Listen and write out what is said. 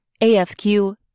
AFQ